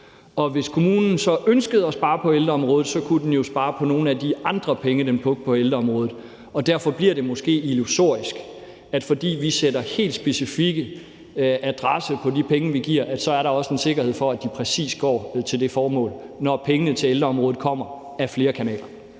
hvis kommunen så ønskede at spare på ældreområdet, kunne den jo spare nogle af de andre penge, den brugte på ældreområdet. Derfor bliver det måske illusorisk, at fordi vi sætter en helt specifik adresse på de penge, vi giver, er der også en sikkerhed for, at de præcis går til det formål, når pengene til ældreområdet kommer ad flere kanaler.